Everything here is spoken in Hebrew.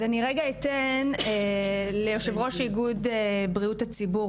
אז אני רגע אתן ליושב ראש ארגון בריאות הציבור,